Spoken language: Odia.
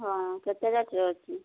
ହଁ କେତେ ରେଟ୍ର ଅଛି